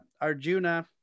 Arjuna